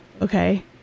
Okay